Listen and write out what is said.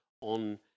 on